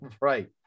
right